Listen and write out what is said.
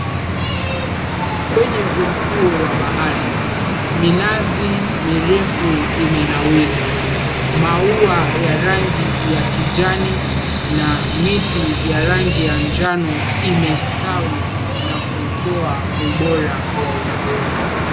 Kwenye ufuo wa bahari, minazi mirefu imenawiri. Maua ya rangi ya kijani na miti ya rangi ya njano imestawi na kutoa ubora wa ufuoni.